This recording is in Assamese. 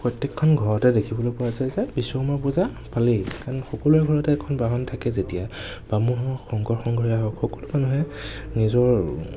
প্ৰত্য়েকখন ঘৰতে দেখিবলৈ পোৱা যায় যে বিশ্বকৰ্মা পূজা পালেই কাৰণ সকলোৰে ঘৰতে এখন বাহন থাকে যেতিয়া বামুণ হওক শংকৰ সংঘৰীয়াই হওক সকলো মানুহে নিজৰ